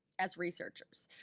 as researchers.